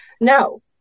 No